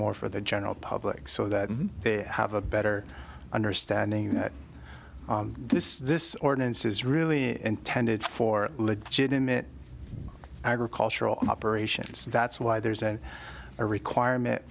more for the general public so that they have a better understanding that this this ordinance is really intended for legitimate agricultural operations that's why there isn't a requirement